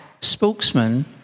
spokesman